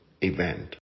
event